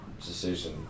decision